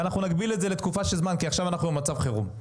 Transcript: ואנחנו נגביל את זה לתקופה של זמן כי עכשיו אנחנו במצב חירום.